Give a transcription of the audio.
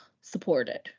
supported